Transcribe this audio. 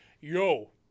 yo